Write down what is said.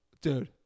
dude